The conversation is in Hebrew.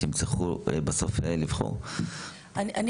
שהם יצטרכו בסוף לבחור.